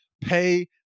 pay